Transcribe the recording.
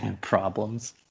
Problems